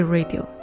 Radio，